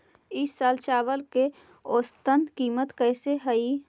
ई साल चावल के औसतन कीमत कैसे हई?